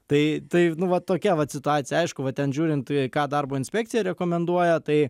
tai tai nu va tokia vat situacija aišku va ten žiūrint ką darbo inspekcija rekomenduoja tai